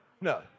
No